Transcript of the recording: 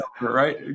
right